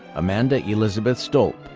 amanda elizabeth stolpe.